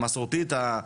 המסורתית,